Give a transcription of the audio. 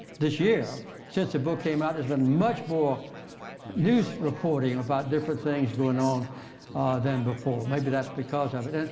this year since the book came out, there's been much more news reporting about different things going on than before. maybe that's because of it.